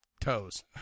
toes